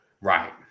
Right